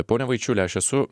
pone vaičiuli aš esu